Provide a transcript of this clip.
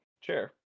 chair